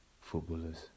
footballers